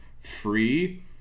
free